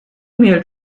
mail